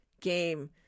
game